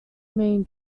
main